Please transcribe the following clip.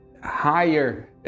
higher